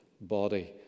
body